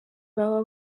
baba